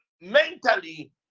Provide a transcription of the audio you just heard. mentally